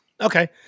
Okay